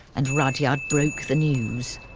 and rudyard broke the news.